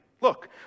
Look